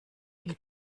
viel